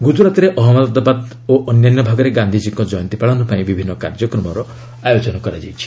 ଗୁଜରାତ୍ରେ ଅହଜ୍ଞଦାବାଦ ଓ ଅନ୍ୟାନ୍ୟ ଭାଗରେ ଗାନ୍ଧିଜୀଙ୍କ କୟନ୍ତୀ ପାଳନ ପାଇଁ ବିଭିନ୍ନ କାର୍ଯ୍ୟକ୍ରମର ଆୟୋଜନ କରାଯାଇଛି